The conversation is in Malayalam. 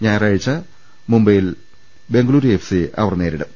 ഞായറാഴ്ച മുംബൈയിൽ ബംഗലുരു എഫ് സി യെ അവർ നേരിടും